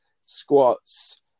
squats